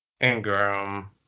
Ingram